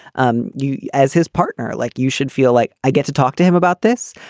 um you as his partner, like you should feel like i get to talk to him about this.